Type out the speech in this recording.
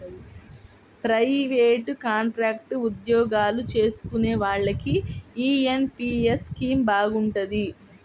private, contract ఉద్యోగాలు చేసుకునే వాళ్లకి యీ ఎన్.పి.యస్ స్కీమ్ బాగుంటది